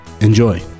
Enjoy